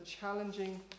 challenging